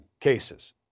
cases